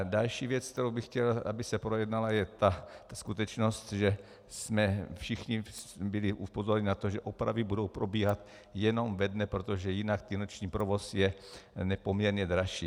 Další věc, kterou bych chtěl, aby se projednala, je ta skutečnost, že jsme byli všichni upozorněni na to, že opravy budou probíhat jenom ve dne, protože jinak ten noční provoz je nepoměrně dražší.